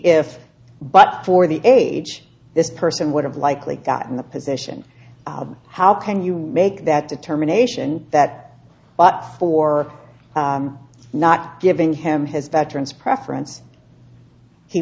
if but for the age this person would have likely gotten the position how can you make that determination that but for not giving him his veterans preference he